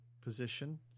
position